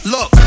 Look